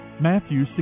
Matthew